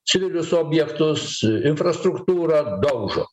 civilius objektus infrastruktūrą daužo